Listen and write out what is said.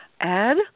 Ed